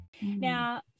Now